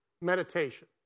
meditation